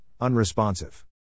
unresponsive